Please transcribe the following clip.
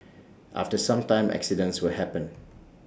after some time accidents will happen